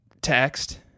text